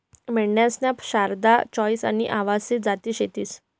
मेंढ्यासन्या शारदा, चोईस आनी आवसी जाती शेतीस